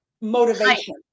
motivation